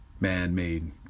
man-made